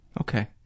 Okay